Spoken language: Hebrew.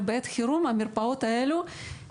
בעת חירום המרפאות הללו נותנות מענה.